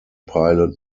pilot